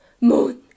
moon